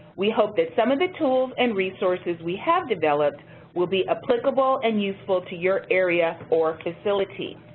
we hope that some of the tools and resources we have developed will be applicable and useful to your area or facility.